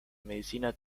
medicina